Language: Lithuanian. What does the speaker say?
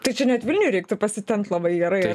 tai čia net vilniui reiktų pasitempt labai gerai